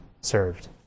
served